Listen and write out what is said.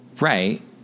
Right